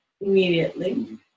Immediately